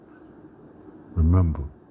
Remember